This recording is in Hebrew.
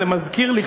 זה מזכיר לי,